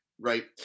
right